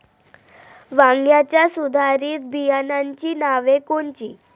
वांग्याच्या सुधारित बियाणांची नावे कोनची?